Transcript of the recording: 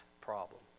problem